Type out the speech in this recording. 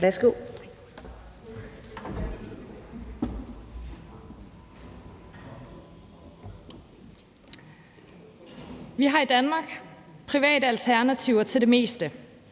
Vi har i Danmark private alternativer til det meste.